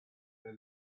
the